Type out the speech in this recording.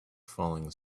falling